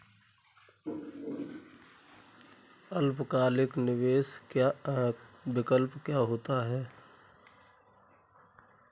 अल्पकालिक निवेश विकल्प क्या होता है?